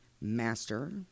master